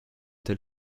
tel